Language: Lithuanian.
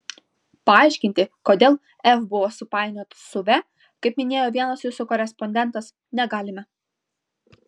paaiškinti kodėl f buvo supainiota su v kaip minėjo vienas jūsų korespondentas negalime